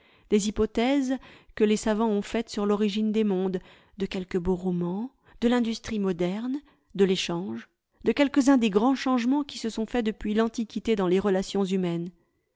des hypothèses que les savants ont faites sur l'origine des mondes de quelques beaux romans de l'industrie moderne de l'échange de quelques-uns des grands changements qui se sont faits depuis l'antiquité dans les relations humaines